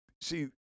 See